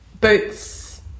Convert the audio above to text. boots